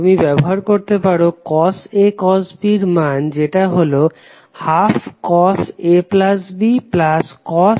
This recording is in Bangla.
তুমি ব্যবহার করতে পারো cos A cos B এর মান যেটা হলো 12cos ABcos